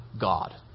God